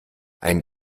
ein